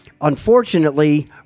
Unfortunately